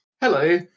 Hello